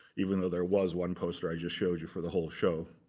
even though there was one poster, i just showed you, for the whole show.